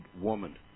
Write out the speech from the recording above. woman